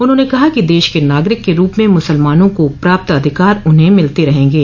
उन्होंने कहा कि देश के नागरिक के रूप में मुसलमानों को प्राप्त अधिकार उन्हें मिलते रहेंगे